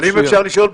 אבל אם אפשר לשאול,